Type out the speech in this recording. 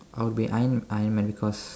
I would be Iron Iron Man because